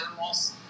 animals